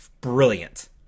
Brilliant